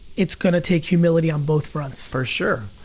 it's gonna take humility on both fronts. for sure,